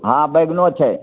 हाँ बैगनो छै